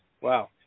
Wow